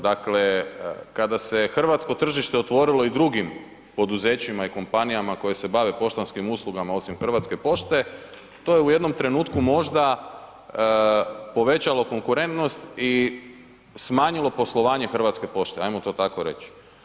Dakle, kada se hrvatsko tržište otvorilo i drugim poduzećima i kompanijama koje se bave poštanskim uslugama, osim Hrvatske pošte, to je u jednom trenutku možda povećalo konkurentnost i smanjilo poslovanje Hrvatske pošte, ajmo to tako reć.